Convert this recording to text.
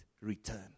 return